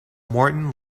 morton